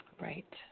Right